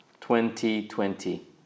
Twenty-twenty